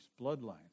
bloodlines